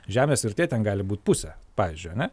žemės vertė ten gali būti pusė pavyzdžiui a ne